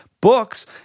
Books